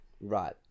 Right